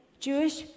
Jewish